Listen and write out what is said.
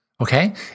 okay